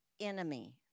enemy